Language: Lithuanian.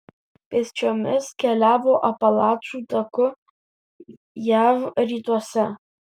pėsčiomis keliavo apalačų taku jav rytuose